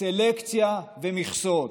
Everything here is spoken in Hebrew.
"סלקציה" ו"מכסות":